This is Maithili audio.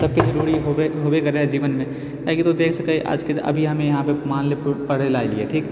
सबके जरुरी होबे करै हऽ जीवनमे काहेकि तौं देख सकै आज अभी हमे यहाँपर मानिले पढ़ैला एलियै ठीक